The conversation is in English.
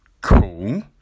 cool